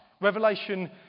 Revelation